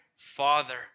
father